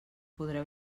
podreu